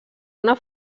una